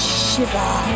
shiver